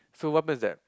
so what happens is that